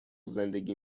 زندگی